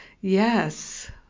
yes